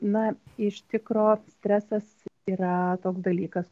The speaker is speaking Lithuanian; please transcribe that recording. na iš tikro stresas yra toks dalykas